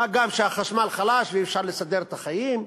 מה גם שהחשמל חלש, ואי-אפשר לסדר את החיים,